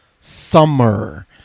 summer